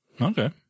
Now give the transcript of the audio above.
Okay